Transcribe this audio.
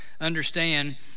understand